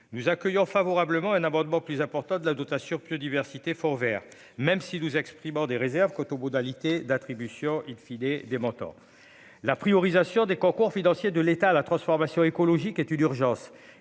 nous accueillons favorablement un amendement plus importante de la dot assure biodiversité, même si nous exprimant des réserves quant au bout d'alité d'attribution il filer des mentors la priorisation des concours financiers de l'État à la transformation écologique et urgence